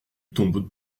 tombe